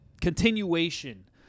continuation